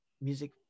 music